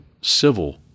civil